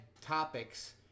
topics